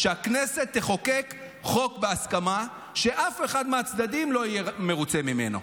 שהכנסת תחוקק חוק בהסכמה שאף אחד מהצדדים לא יהיה מרוצה ממנו.